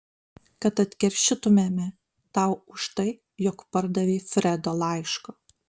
kad atkeršytumėme tau už tai jog pardavei fredo laišką